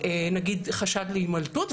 נגיד חשד להימלטות,